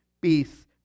peace